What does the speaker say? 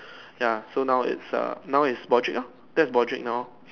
ya so now it's err now is Broadrick lor that is Broadrick now lor